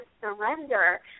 surrender